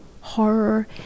horror